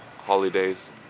holidays